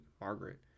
Margaret